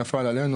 נפל עלינו,